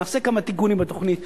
נעשה כמה תיקונים בתוכנית שהביאו,